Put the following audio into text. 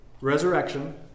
resurrection